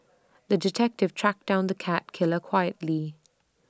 the detective tracked down the cat killer quietly